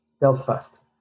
Belfast